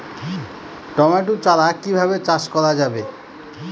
Tomato চারা কিভাবে চাষ করা যাবে?